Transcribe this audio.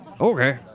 Okay